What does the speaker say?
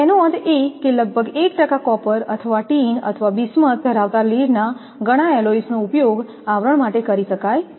તેનો અર્થ એ કે લગભગ 1 ટકા કોપર અથવા ટીન અથવા બિસ્મથ ધરાવતા લીડના ઘણા એલોય્સનો ઉપયોગ આવરણ માટે કરી શકાય છે